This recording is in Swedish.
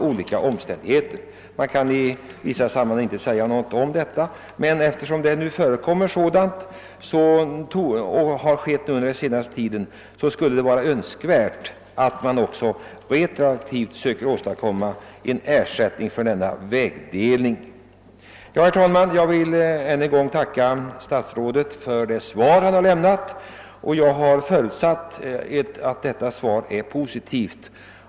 Och när nu sådana fall förekommit och förekommer vore det önskvärt att även retroaktiv ersättning utgår för sådan vägdelning. Herr talman! Jag tackar än en gång för det lämnade svaret, som jag tycker är positivt.